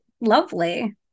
lovely